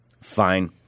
fine